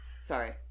Sorry